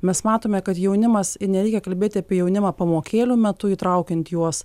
mes matome kad jaunimas ir nereikia kalbėti apie jaunimą pamokėlių metu įtraukiant juos